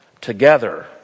Together